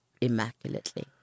immaculately